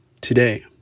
today